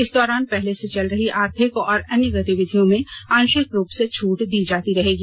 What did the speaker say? इस दौरान पहले से चल रही आर्थिक और अन्य गतिविधियों में आंषिक रूप से छूट दी जाती रहेगी